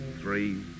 three